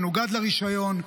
מנוגד לרישיון,